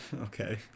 Okay